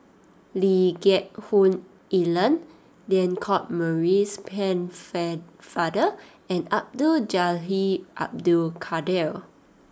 Lee Geck Hoon Ellen Lancelot Maurice Pennefather and Abdul Jalil Abdul Kadir